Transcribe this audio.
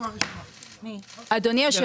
אדוני היושב